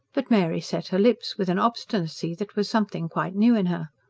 but mary set her lips, with an obstinacy that was something quite new in her.